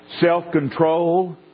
self-control